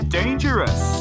dangerous